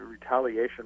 retaliation